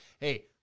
Hey